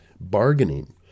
Bargaining